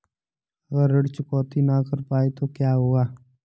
अगर ऋण चुकौती न कर पाए तो क्या होगा?